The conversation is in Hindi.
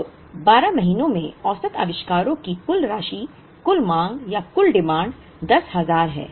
तो 12 महीनों में औसत आविष्कारों की कुल राशि कुल मांग डिमांड 10000 है